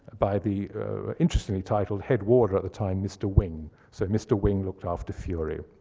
by the interestingly titled, head warder at the time, mr. wing. so mr. wing looked after fury.